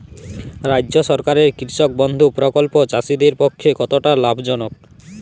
রাজ্য সরকারের কৃষক বন্ধু প্রকল্প চাষীদের পক্ষে কতটা লাভজনক?